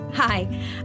Hi